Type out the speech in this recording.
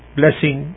blessing